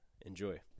Enjoy